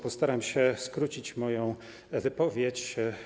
Postaram się skrócić moją wypowiedź.